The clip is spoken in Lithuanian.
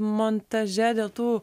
montaže dėl tų